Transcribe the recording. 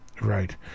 right